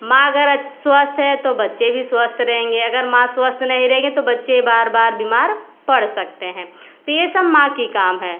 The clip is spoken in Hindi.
माँ अगर आ स्वस्थ है तो बच्चे भी स्वस्थ रहेंगे अगर माँ स्वस्थ नहीं रहेंगे तो बच्चे बार बार बीमार पड़ सकते हैं तो यह सब माँ के काम है